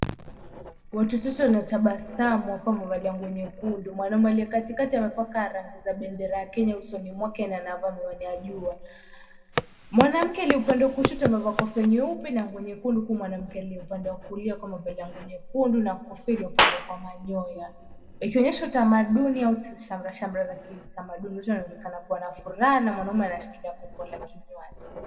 Watu watatu wanatabasamu wakiwa wamevalia nguo nyekundu. Mwanaume aliye katikati amepaka rangi za bendera ya Kenya usoni mwake na anavaa miwani ya jua. Mwanamke aliye upande wa kushoto amevaa kofia nyeupe na nguo nyekundu huku mwanamke aliye upande wa kulia akiwa amevalia nguo nyekundu na kofia ilipambwa kwa manyoya ikionyesha tamaduni au shamrashamra za kitamaduni. Wote wanaonekana kuwa na furaha na mwanaume anashikilia kopo la kinywaji.